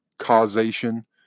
causation